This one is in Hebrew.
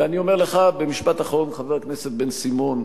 ואני אומר לך במשפט אחרון, חבר הכנסת בן-סימון: